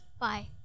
Bye